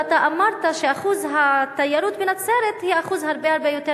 ואתה אמרת שאחוז התיירות בנצרת הוא אחוז הרבה הרבה יותר